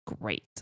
great